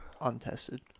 untested